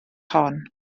hon